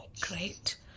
great